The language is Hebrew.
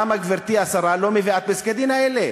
למה גברתי השרה לא מביאה את פסקי-הדין האלה?